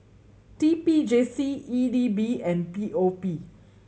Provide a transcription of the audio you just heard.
T P J C E D B and P O P